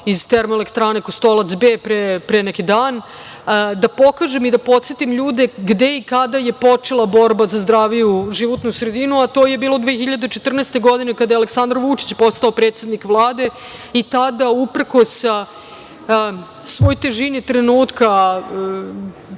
iz Termoelektrane Kostolac B pre neki dan, da pokažem i da podsetim ljude gde i kada je počela borba za zdraviju životnu sredinu, a to je bilo 2014. godine, kada je Aleksandar Vučić postao predsednik Vlade i tada, uprkos svoj težini trenutka